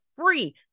free